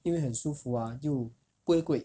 因为很舒服啊又不会贵